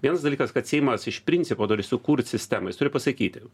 vienas dalykas kad seimas iš principo turi sukurt sistemą jis turi pasakyti